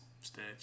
stage